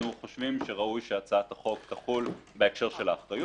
אנחנו חושבים שראוי שהצעת החוק תחול בהקשר האחריות.